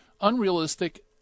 unrealistic